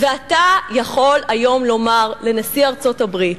ואתה יכול היום לומר לנשיא ארצות-הברית,